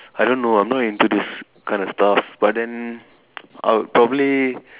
I don't know I'm not into this kind of stuff but then I would probably